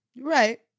Right